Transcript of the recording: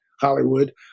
Hollywood